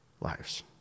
lives